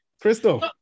Crystal